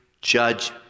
judge